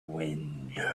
wind